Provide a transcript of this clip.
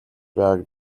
байгааг